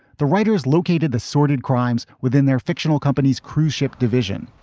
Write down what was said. the writers located the sordid crimes within their fictional companies cruise ship division